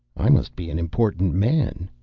i must be an important man.